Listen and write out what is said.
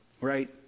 Right